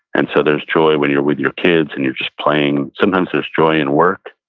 and so there's joy when you're with your kids and you're just playing. sometimes there's joy in work,